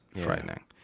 frightening